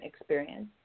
experience